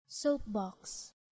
Soapbox